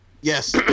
Yes